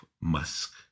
Musk